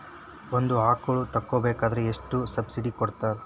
ಒಂದು ಆಕಳ ತಗೋಬೇಕಾದ್ರೆ ಎಷ್ಟು ಸಬ್ಸಿಡಿ ಕೊಡ್ತಾರ್?